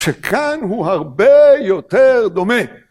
שכאן הוא הרבה יותר דומה.